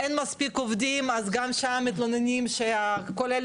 אין מספיק עובדים אז גם שם מתלוננים שכל מי